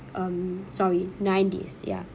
um sorry nine days ya